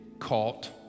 Caught